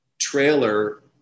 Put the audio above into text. trailer